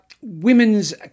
Women's